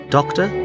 Doctor